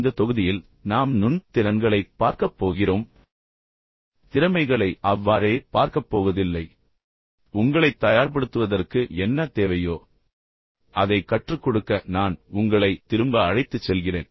இந்த தொகுதியில் நாம் நுண் திறன்களைப் பார்க்கப் போகிறோம் ஆனால் திறமைகளை அவ்வாறே பார்க்கப்போவதில்லை ஆனால் இந்தத் திறன்களை வளர்த்து உங்களைத் தயார்படுத்துவதற்கு என்ன தேவையோ அதை கற்றுக்கொடுக்க நான் உங்களைத் திரும்ப அழைத்துச் செல்கிறேன்